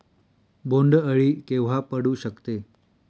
बोंड अळी केव्हा पडू शकते?